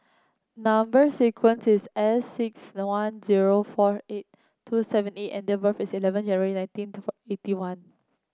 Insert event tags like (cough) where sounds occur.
number sequence is S six one zero four eight two seven E and date of birth is eleven January nineteen (unintelligible) eighty one